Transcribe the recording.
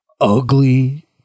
ugly